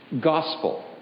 Gospel